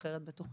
או אחרת בתוכנית